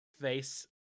face